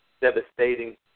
devastating